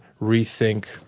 rethink